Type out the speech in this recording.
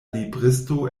libristo